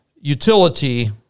utility